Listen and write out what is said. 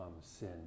sin